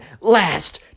last